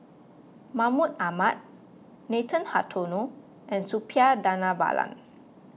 Mahmud Ahmad Nathan Hartono and Suppiah Dhanabalan